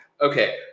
Okay